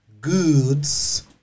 goods